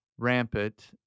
rampant